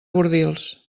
bordils